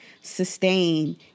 sustain